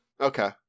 Okay